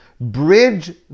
bridge